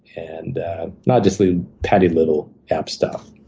and not just the petty little app stuff.